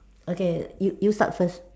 okay you you start first